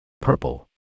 Purple